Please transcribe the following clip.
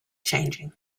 changing